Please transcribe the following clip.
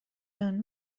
جان